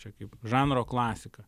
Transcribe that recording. čia kaip žanro klasika